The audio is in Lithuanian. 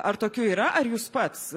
ar tokių yra ar jūs pats